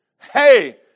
hey